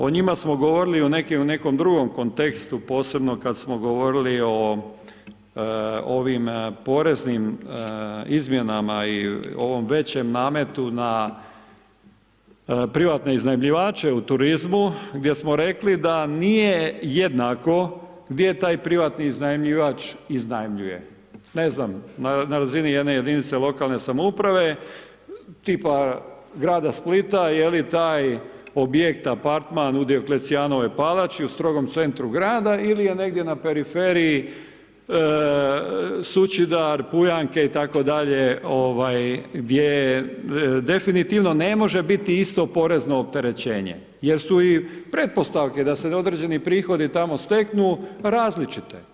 O njima smo govorili u nekom drugom kontekstu posebno kada smo govorili o ovim poreznim izmjenama i ovom većem nametu na privatne iznajmljivače u turizmu gdje smo rekli da nije jednako gdje taj privatni iznajmljivač iznajmljuje, ne znam na razini jedne jedinice lokalne samouprave, tipa grada Splita, je li taj objekt, apartman u Dioklecijanovoj palači u strogom centru grada ili je negdje na periferiji Sućidar, Pujanke itd., gdje definitivno ne može biti isto porezno opterećenje jer su i pretpostavke da se određeni prihodi tamo steknu različite.